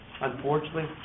Unfortunately